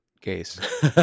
case